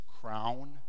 crown